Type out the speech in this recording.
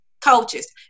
coaches